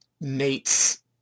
Nate's